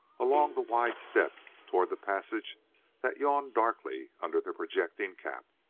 along the wide step toward the passage that yawned darkly under the projecting cap.